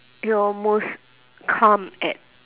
your most calm at